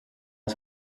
els